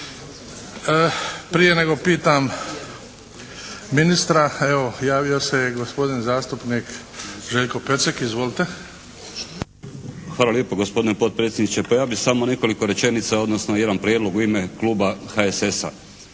Prije nego pitam ministra evo javio se gospodin zastupnik Željko Pecek. Izvolite. **Pecek, Željko (HSS)** Hvala lijepo gospodine potpredsjedniče. Pa ja bih samo nekoliko rečenica odnosno jedan prijedlog u ime Kluba HSS-a.